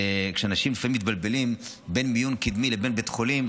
כשאנשים לפעמים מתבלבלים בין מיון קדמי לבין בית חולים,